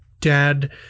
dad